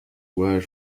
word